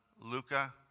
Luca